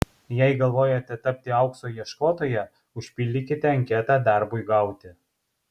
jei galvojate tapti aukso ieškotoja užpildykite anketą darbui gauti